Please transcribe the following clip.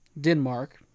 Denmark